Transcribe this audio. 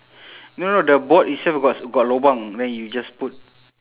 no no the board itself got s~ got lobang then you just put